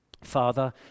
Father